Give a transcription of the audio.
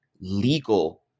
legal